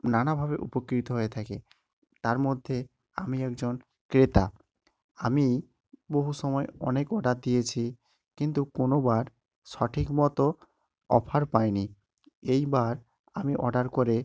নানাভাবে উপকৃত হয়ে থাকে তার মধ্যে আমি একজন ক্রেতা আমি বহু সময় অনেক অর্ডার দিয়েছি কিন্তু কোনও বার সঠিকমতো অফার পাইনি এইবার আমি অর্ডার করে